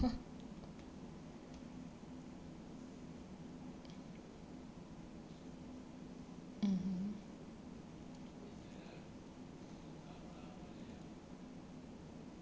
mmhmm